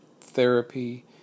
therapy